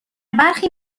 برخی